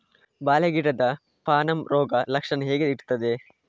ಬಾಳೆ ಗಿಡದ ಪಾನಮ ರೋಗ ಲಕ್ಷಣ ಹೇಗೆ ಇರ್ತದೆ?